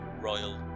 royal